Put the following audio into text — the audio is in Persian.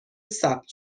ثبت